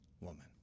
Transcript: woman